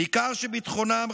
ניכר שביטחונם,